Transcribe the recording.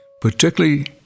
Particularly